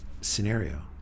scenario